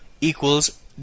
equals